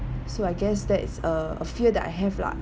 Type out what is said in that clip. so I guess that is a a fear that I have lah